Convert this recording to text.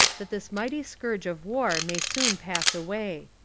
that this mighty scourge of war may soon pass away.